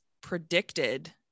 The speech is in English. predicted